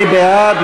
מי בעד?